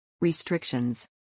Restrictions